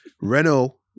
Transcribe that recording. Renault